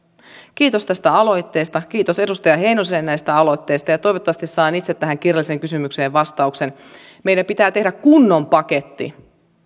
kiitos tästä aloitteesta kiitos edustaja heinoselle näistä aloitteista ja toivottavasti saan itse tähän kirjalliseen kysymykseen vastauksen meidän pitää tehdä kunnon paketti